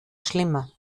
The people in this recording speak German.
schlimmer